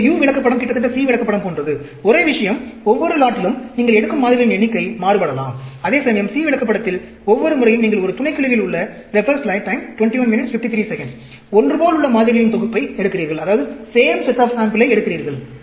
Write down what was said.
எனவே U விளக்கப்படம் கிட்டத்தட்ட C விளக்கப்படம் போன்றது ஒரே விஷயம் ஒவ்வொரு லாட்டிலும் நீங்கள் எடுக்கும் மாதிரிகளின் எண்ணிக்கை மாறுபடலாம் அதேசமயம் C விளக்கப்படத்தில் ஒவ்வொரு முறையும் நீங்கள் ஒரு துணைக்குழுவில் உள்ள Refer Time 2153 ஒன்றுபோலுள்ள மாதிரிகளின் தொகுப்பை எடுக்கிறீர்கள்